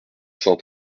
cent